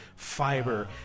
Fiber